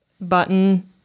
Button